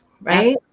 Right